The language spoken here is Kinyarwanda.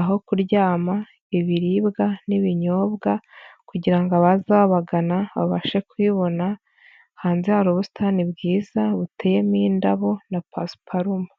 aho kuryama, ibiribwa n'ibinyobwa kugira ngo abaza babagana babashe kubibona, hanze hari ubusitani bwiza, buteyemo indabo na pasiparumu.